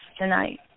tonight